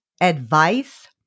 advice